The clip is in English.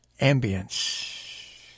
ambience